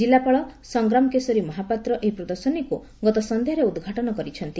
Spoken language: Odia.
ଜିଲ୍ଲାପାଳ ସଂଗ୍ରାମ କେଶରୀ ମହାପାତ୍ର ଏହି ପ୍ରଦର୍ଶନୀକୁ ଗତ ସଂଧାରେ ଉଦ୍ଘାଟନ କରିଛନ୍ତି